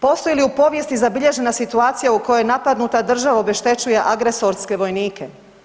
Postoji li u povijesti zabilježena situacija u kojoj napadnuta država obeštećuje agresorske vojnike?